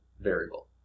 Variable